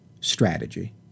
strategy